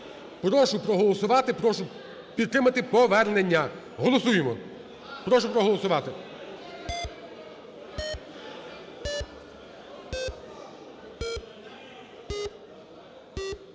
Прошу проголосувати, прошу підтримати повернення. Голосуємо. Прошу проголосувати.